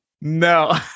No